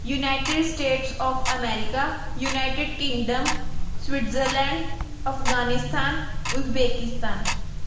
United States of America United Kingdom Switzerland Afghanistan Uzbekistan